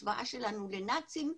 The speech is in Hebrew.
השוואה שלנו לנאצים.